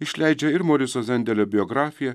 išleidžia ir moriso zendelio biografiją